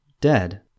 Dead